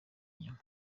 inyuma